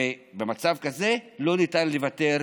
ובמצב כזה לא ניתן לוותר,